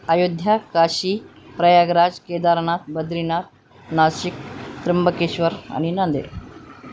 अयोध्या काशी प्रयागराज केदारनाथ बद्रीनाथ नाशिक त्रिंबकेश्वर आणि नांदेड